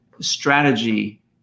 strategy